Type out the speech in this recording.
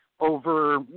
over